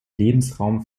lebensraum